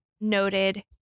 noted